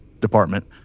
department